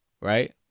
right